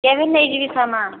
କେଭେ ନେଇଯିବି ସାମାନ୍